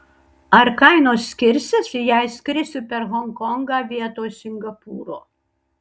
ar kainos skirsis jei skrisiu per honkongą vietoj singapūro